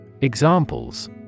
Examples